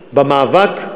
במאבק,